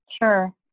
Sure